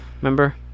Remember